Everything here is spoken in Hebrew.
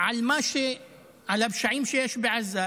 על הפשעים שיש בעזה,